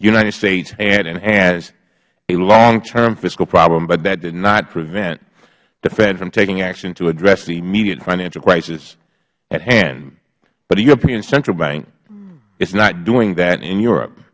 united states had and has a longterm fiscal problem but that did not prevent the fed from taking action to address the immediate financial crisis at hand but the european central bank is not doing that in europe